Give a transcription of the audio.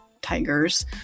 Tigers